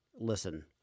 Listen